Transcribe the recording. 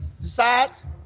decides